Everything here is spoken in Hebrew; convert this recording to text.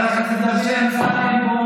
חבר הכנסת דוד אמסלם,